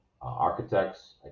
architects